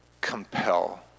compel